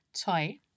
toy